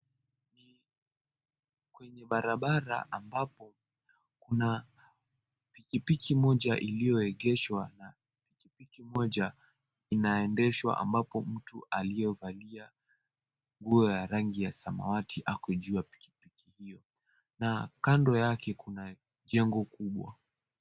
Kwenye barabara ambapo kuna pikipiki moja iliyoegeshwa, na pikipiki moja inaendeshwa ambapo mtu aliyevalia nguo ya rangi ya samawati ako juu ya pikipiki hiyo. Na kando yake kuna jengo kubwa.